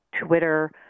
Twitter